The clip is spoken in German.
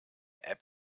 app